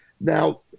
Now